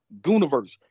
Gooniverse